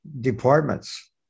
departments